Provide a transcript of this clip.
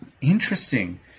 interesting